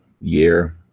year